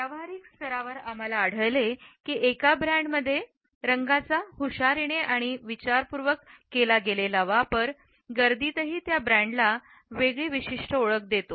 व्यावहारिक स्तरावर आम्हाला आढळले की एका ब्रँडमध्ये रंगांचा हुशारीने आणि विचारपूर्वक केला गेलेला वापर गर्दीतही त्या ब्रँडला वेगळी विशिष्ट ओळख देतो